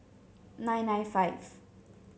nine nine five